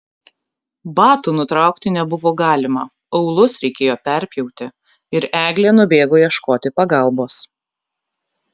batų nutraukti nebuvo galima aulus reikėjo perpjauti ir eglė nubėgo ieškoti pagalbos